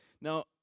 Now